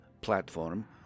platform